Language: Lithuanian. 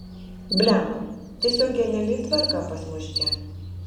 blemba tiesiog geniali tvarka pas mus čia